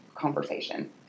Conversation